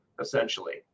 essentially